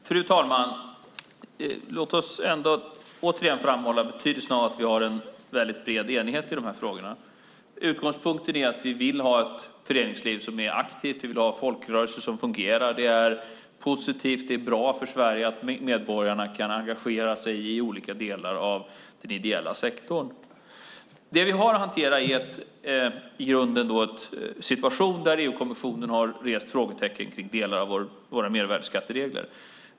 Fru talman! Låt oss återigen framhålla betydelsen av att vi har en mycket bred enighet i de här frågorna. Utgångspunkten är att vi vill ha ett aktivt föreningsliv och att vi vill ha folkrörelser som fungerar. Det är positivt och bra för Sverige att medborgarna kan engagera sig i olika delar av den ideella sektorn. Det vi i grunden har att hantera är en situation där EU-kommissionen har rest frågetecken kring delar av våra mervärdesskatteregler.